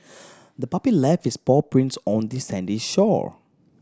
the puppy left its paw prints on the sandy shore